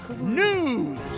news